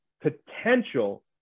potential